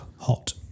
hot